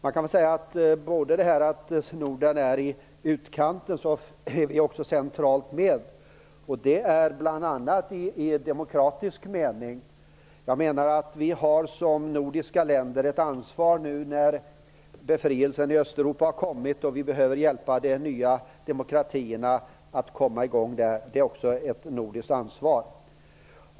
Man kan säga både att Norden befinner sig i utkanten och att Norden är med centralt - och detta bl.a. i demokratisk mening. Vi har som nordiska länder ett ansvar när nu befrielsen i Östeuropa har kommit. Vi behöver hjälpa de nya demokratierna att komma i gång. Detta är också ett nordiskt ansvar.